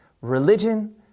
religion